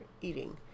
eating